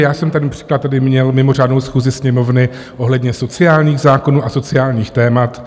Já jsem například tady měl mimořádnou schůzi Sněmovny ohledně sociálních zákonů a sociálních témat.